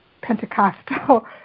Pentecostal